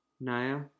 Naya